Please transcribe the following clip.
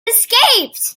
escaped